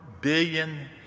billion